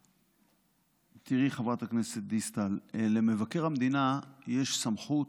תראי, חברת הכנסת דיסטל, למבקר המדינה יש סמכות,